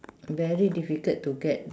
very difficult to get